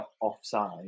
offside